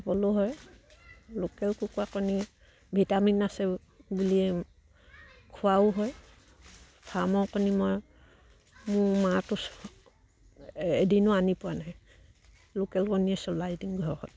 খাবলৈও হয় লোকেল কুকুৰা কণী ভিটামিন আছে বুলিয়ে খোৱাও হয় ফাৰ্মৰ কণী মই মোৰ মাহটো এদিনো আনি পোৱা নাই লোকেল কণীয়ে চলাই দিও ঘৰ